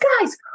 guys